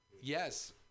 Yes